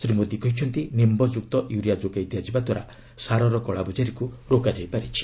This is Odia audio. ଶ୍ରୀ ମୋଦି କହିଛନ୍ତି ନିମ୍ୟଯୁକ୍ତ ୟୁରିଆ ଯୋଗାଇ ଦିଆଯିବାଦ୍ୱାରା ସାରର କଳାବଜାରୀକ୍ତ ରୋକାଯାଇପାରିଛି